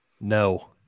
No